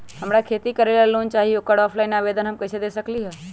हमरा खेती करेला लोन चाहि ओकर ऑफलाइन आवेदन हम कईसे दे सकलि ह?